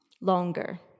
longer